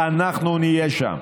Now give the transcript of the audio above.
אנחנו נהיה שם,